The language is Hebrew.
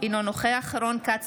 אינו נוכח רון כץ,